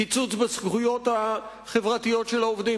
קיצוץ בזכויות החברתיות של העובדים,